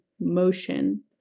motion